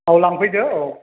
औ लांफैदो औ